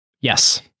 Yes